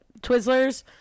Twizzlers